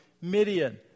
Midian